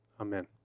Amen